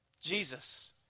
Jesus